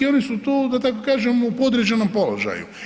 Oni su tu da tako kažem u podređenom položaju.